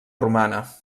romana